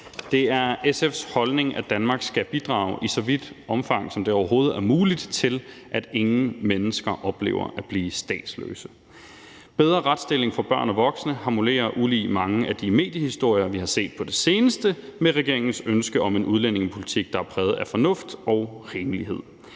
Det er SF's holdning, at Danmark skal bidrage i så vidt omfang, som det overhovedet er muligt, til, at ingen mennesker oplever at blive statsløse. Bedre retsstilling for børn og voksne harmonerer ulig mange af de mediehistorier, vi har set på det seneste, med regeringens ønske om en udlændingepolitik, der er præget af fornuft og rimelighed.